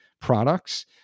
products